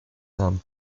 some